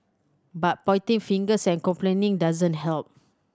but pointing fingers and complaining doesn't help